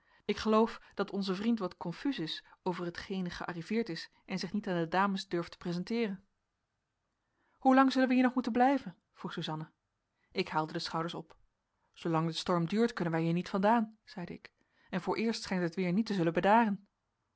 ik geloof dat onze vriend wat confuus is over hetgene gearriveerd is en zich niet aan de dames durft presenteeren hoelang zullen wij hier nog moeten blijven vroeg suzanna ik haalde de schouders op zoolang de storm duurt kunnen wij hier niet vandaan zeide ik en vooreerst schijnt het weer niet te zullen bedaren